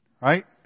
Right